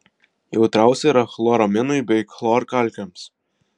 jautriausia yra chloraminui bei chlorkalkėms